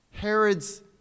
Herod's